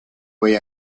way